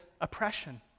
oppression